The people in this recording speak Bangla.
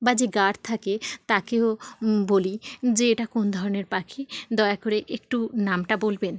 বা যে গার্ড থাকে তাকেও বলি যে এটা কোন ধরনের পাখি দয়া করে একটু নামটা বলবেন